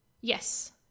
Yes